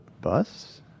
bus